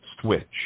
Switch